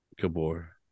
Gabor